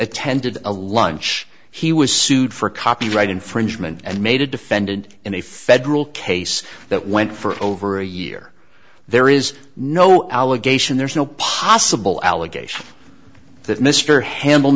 attended a lunch he was sued for copyright infringement and made a defendant in a federal case that went for over a year there is no allegation there's no possible allegation that mr hand